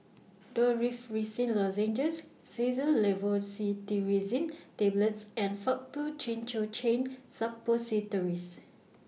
Dorithricin Lozenges Xyzal Levocetirizine Tablets and Faktu Cinchocaine Suppositories